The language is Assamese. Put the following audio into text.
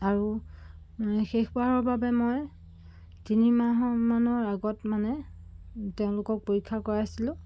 আৰু শেষ বাৰৰ বাবে মই তিনিমাহমানৰ আগত মানে তেওঁলোকক পৰীক্ষা কৰাইছিলোঁ